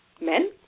men